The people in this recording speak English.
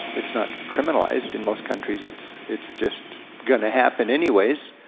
it's not criminalized in most countries, it's it's just gonna happen anyways,